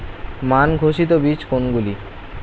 মান ঘোষিত বীজ কোনগুলি?